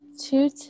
two